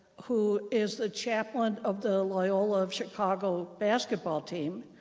who is the chaplain of the loyola of chicago basketball team,